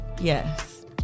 Yes